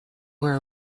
were